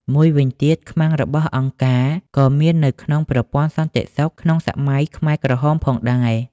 មួយវិញទៀត ខ្មាំងរបស់អង្គការក៏មាននៅក្នុងប្រព័ន្ធសន្តិសុខក្នុងសម័យខ្មែរក្រហមផងដែរ។